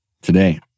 Today